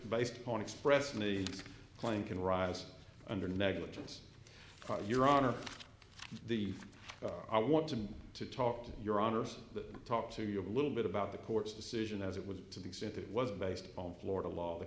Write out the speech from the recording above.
based on expressing a claim can rise under negligence your honor the i want him to talk to your honor's that talked to you a little bit about the court's decision as it was to the extent it was based on florida law the